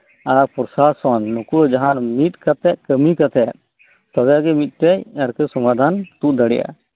ᱟᱨ ᱯᱨᱚᱥᱟᱥᱚᱱ ᱱᱩᱠᱩ ᱡᱟᱦᱟᱸ ᱢᱤᱫᱠᱟᱛᱮᱜ ᱠᱟᱹᱢᱤ ᱠᱟᱛᱮᱜ ᱛᱚᱵᱮᱜᱤ ᱟᱨᱠᱤ ᱢᱤᱫᱴᱮᱡ ᱥᱚᱢᱟᱫᱷᱟᱱ ᱛᱩᱫ ᱫᱟᱲᱤᱭᱟᱜ ᱟ